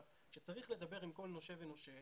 כשצריך לדבר עם כל נושה ונושה,